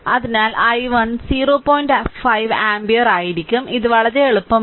5 ampere ആയിരിക്കുംഇത് വളരെ എളുപ്പമാണ്